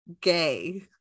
gay